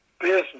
business